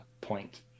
point